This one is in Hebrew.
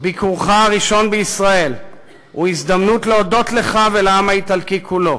ביקורך הראשון בישראל הוא הזדמנות להודות לך ולעם האיטלקי כולו